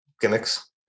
gimmicks